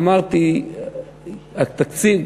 אמרתי: התקציב,